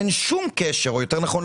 אין שום קשר - או יותר נכון,